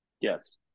Yes